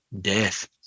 death